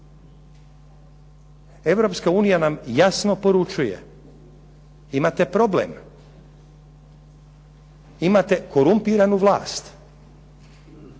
Europska unija nam jasno poručuje imate problem, imate korumpiranu vlast